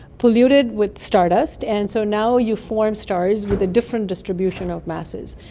polluted with stardust. and so now you formed stars with a different distribution of masses.